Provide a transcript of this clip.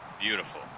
Beautiful